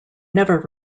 never